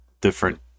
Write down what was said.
different